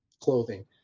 clothing